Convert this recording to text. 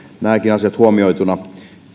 nämäkin asiat huomioituina